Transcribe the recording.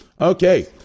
Okay